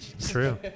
True